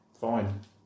Fine